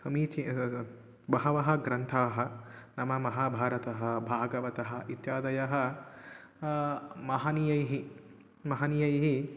समीचीनाः बहवः ग्रन्थाः नाम महाभारतं भागवतम् इत्यादयः महनीयैः महनीयैः